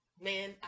man